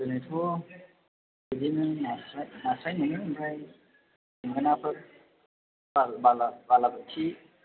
दिनैथ' बिदिनो नास्राइ नास्राइ मोनो ओमफ्राय थेंनाफोर बाल बालाबोथि